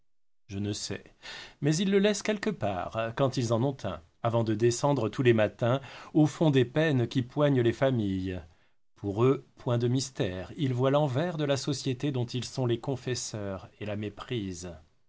je ne sais mais ils le laissent quelque part quand ils en ont un avant de descendre tous les matins au fond des peines qui poignent les familles pour eux point de mystères ils voient l'envers de la société dont ils sont les confesseurs et la méprisent